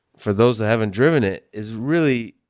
for those that haven't driven it, is really